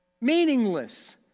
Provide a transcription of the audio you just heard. Meaningless